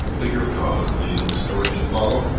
figure prominently in the story to follow.